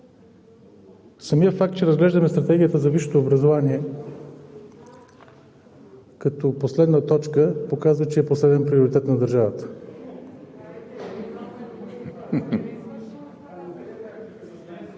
Самият факт, че разглеждаме Стратегията за висшето образование като последна точка показва, че е последен приоритет на държавата.